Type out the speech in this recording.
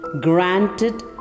granted